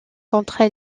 contre